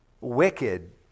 wicked